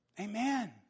Amen